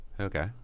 Okay